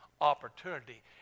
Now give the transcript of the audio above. opportunity